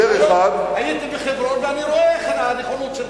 הייתי בחברון, ואני רואה את הנכונות שלך.